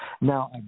Now